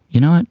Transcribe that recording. you know what,